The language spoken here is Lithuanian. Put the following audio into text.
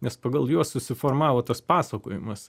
nes pagal juos susiformavo tas pasakojimas